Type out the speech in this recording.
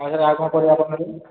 ହଁ ସାର୍ ଆଉ କ'ଣ ପରିବା ଆପଣ ନେବେ କି